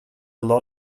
lot